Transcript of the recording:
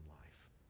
life